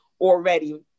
already